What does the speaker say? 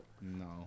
no